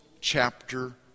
chapter